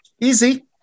Easy